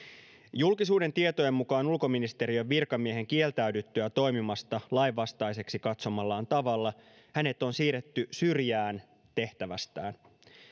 julkisuuden tietojen mukaan ulkoministeriön virkamiehen kieltäydyttyä toimimasta lainvastaiseksi katsomallaan tavalla hänet on siirretty syrjään tehtävästään